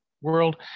world